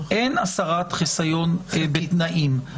אין הסרת חיסיון בתנאים.